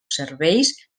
serveis